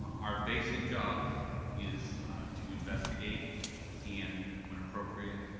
our basic job is to investigate and when appropriate,